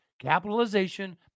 Capitalization